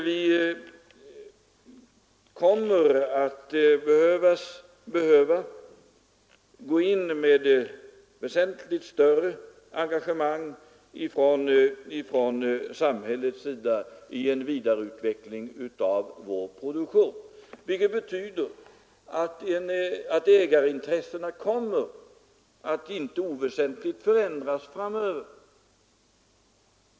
Vi kommer att behöva gå in med väsentligt större engagemang från samhällets sida i en vidareutveckling av vår produktion, vilket betyder att ägarintressena kommer att inte oväsentligt förändras framöver.